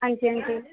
अंजी अंजी